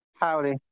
howdy